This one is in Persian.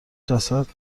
جسد